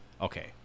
Okay